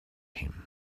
him